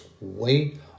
Wait